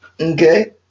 okay